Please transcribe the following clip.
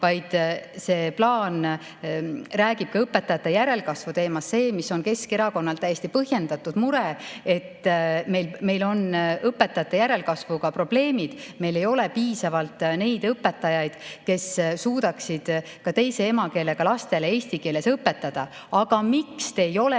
vaid see plaan räägib ka õpetajate järelkasvu teemast – see, mis on Keskerakonnal täiesti põhjendatud mure. Meil on õpetajate järelkasvuga probleemid. Meil ei ole piisavalt õpetajaid, kes suudaksid ka teise emakeelega lastele eesti keeles õpetada. Aga miks te ei ole